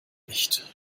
nicht